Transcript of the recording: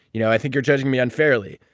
you know i think you're judging me unfairly.